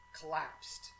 collapsed